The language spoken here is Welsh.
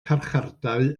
carchardai